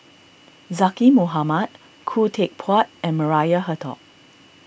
Zaqy Mohamad Khoo Teck Puat and Maria Hertogh